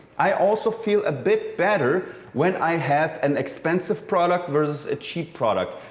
i also feel a bit better when i have an expensive product versus a cheap product.